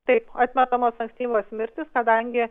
taip atmetamos ankstyvos mirtys kadangi